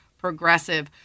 progressive